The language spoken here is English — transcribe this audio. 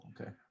okay